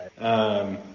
Right